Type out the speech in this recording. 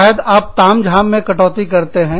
शायद आप तामझाम में कटौती करते हैं